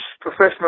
professional